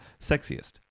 sexiest